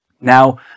Now